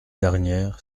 dernière